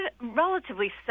relatively